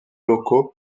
locaux